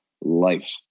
life